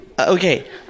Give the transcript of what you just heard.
Okay